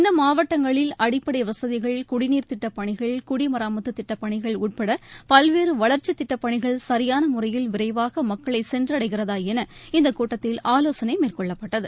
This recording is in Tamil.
இந்த மாவட்டங்களில் அடிப்படை வசதிகள் குடிநீர் திட்டப்பணிகள் குடிமராமத்து திட்டப்பணிகள் உட்பட பல்வேறு வளர்ச்சித் திட்டப்பணிகள் சியான முறையில் விரைவாக மக்களை சென்றடைகிறதா என இந்த கூட்டத்தில் ஆலோசனை மேற்கொள்ளப்பட்டது